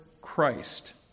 Christ